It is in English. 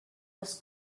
was